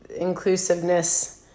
inclusiveness